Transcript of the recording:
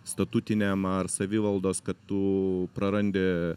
statutiniam ar savivaldos kad tu prarandi